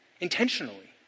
intentionally